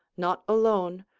not alone,